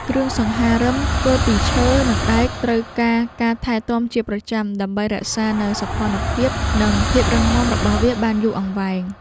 គ្រឿងសង្ហារឹមធ្វើពីឈើ និងដែកត្រូវការការថែទាំជាប្រចាំ ដើម្បីរក្សានូវសោភ័ណភាព និងភាពរឹងមាំរបស់វាបានយូរអង្វែង។